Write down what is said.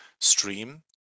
stream